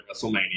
WrestleMania